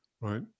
right